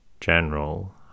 general